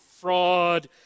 fraud